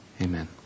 Amen